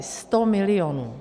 100 milionů.